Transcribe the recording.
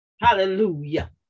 hallelujah